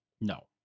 No